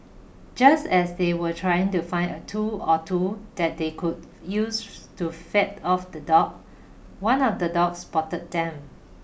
just as they were trying to find a tool or two that they could use to fed off the dog one of the dogs spotted them